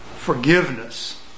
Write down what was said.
forgiveness